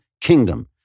KINGDOM